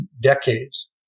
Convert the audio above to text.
decades